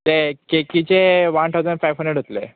ते केकीचे वान ठावजण फायव हंड्रेड जातले